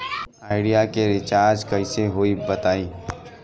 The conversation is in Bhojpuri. आइडिया के रीचारज कइसे होई बताईं?